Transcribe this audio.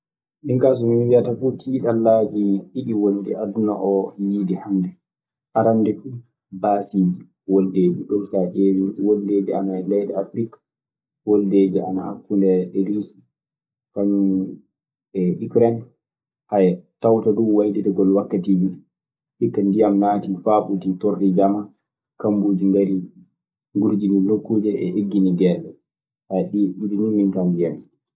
Min kaa so min wiyata fuu, tiiɗallaaji ɗiɗi woni ɗi aduna oo wiide hannde. Arannde fu baasiiji, woldeeji. Ɗun so a ƴeewii, woldeeji ana e leyɗe Afrik, woldeeji ana hakkunde Riisi e Ikren tawta duu woytetegol wakkatiiji ɗii. Hikka ndiyan naati faa ɓutii, torlii jamaa. Kammooji ngarii du, mburginii nokkuuje ɗee, eggini geelle. ɗii ɗiɗi nii min kaa mbiyammi.